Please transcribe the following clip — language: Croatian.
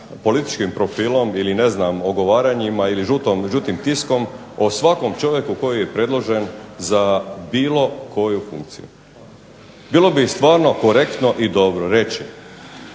političkom profilom ili ogovaranjima ili žutim tiskom o svakom čovjeku koji je predložen za bilo koju funkciju. Bilo bi stvarno korektno i dobro reći,